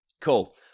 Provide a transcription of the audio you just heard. Cool